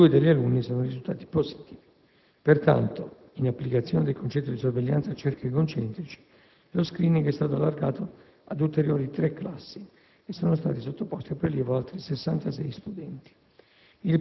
due degli alunni sono risultati positivi. Pertanto, in applicazione del concetto di sorveglianza «a cerchi concentrici», lo *screening* è stato allargato ad ulteriori tre classi e sono stati sottoposti a prelievo altri 66 studenti.